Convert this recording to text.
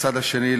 בצד השני,